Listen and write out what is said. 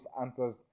answers